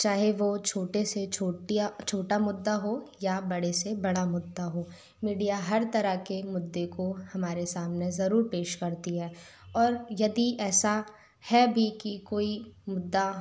चाहे वो छोटे से छोटी या छोटा मुद्दा हो या बड़े से बडा मुद्दा हो मीडिया हर तरह के मुद्दे को हमारे सामने जरूर पेश करती है और यदी ऐसा है भी की कोई मुद्दा